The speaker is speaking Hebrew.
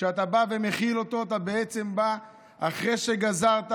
כשאתה בא ומחיל אותו, אתה בעצם בא אחרי שגזרת,